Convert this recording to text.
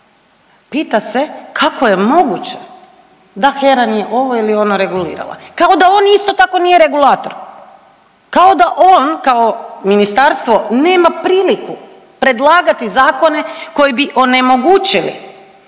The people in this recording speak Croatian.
pita se kako je moguće da HERA nije ovo ili ono regulirala. Kao da on isto tako nije regulator. Kao da on kao ministarstvo nema priliku predlagati zakone koji bi onemogućili